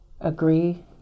agree